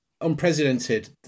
unprecedented